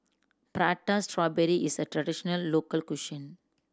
Prata Strawberry is a traditional local